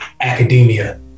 academia